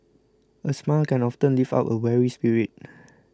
a smile can often lift up a weary spirit